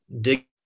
dig